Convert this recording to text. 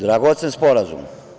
Dragocen sporazum.